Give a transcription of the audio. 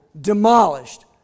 demolished